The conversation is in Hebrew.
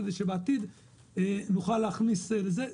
כדי שבעתיד נוכל להכניס לשם אוכלוסייה נזקקת.